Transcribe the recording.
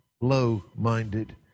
low-minded